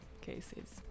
cases